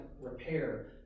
repair